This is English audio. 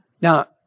Now